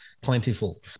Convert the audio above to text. plentiful